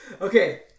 Okay